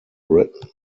britain